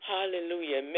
Hallelujah